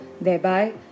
thereby